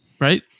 right